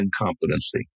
incompetency